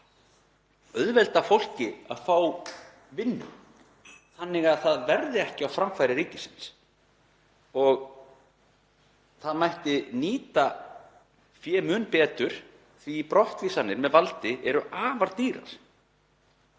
t.d. auðvelda fólki að fá vinnu þannig að það verði ekki á framfæri ríkisins og það mætti nýta fé mun betur því að brottvísanir með valdi eru afar dýrar.